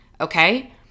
Okay